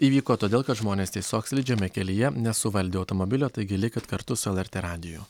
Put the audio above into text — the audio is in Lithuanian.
įvyko todėl kad žmonės tiesiog slidžiame kelyje nesuvaldė automobilio taigi likit kartu su lrt radiju